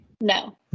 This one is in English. no